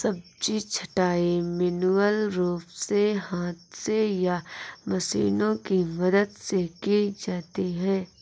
सब्जी छँटाई मैन्युअल रूप से हाथ से या मशीनों की मदद से की जाती है